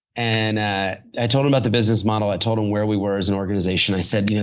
and i i told him about the business model. i told him where we were as an organization. i said, you know